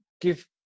Give